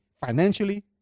financially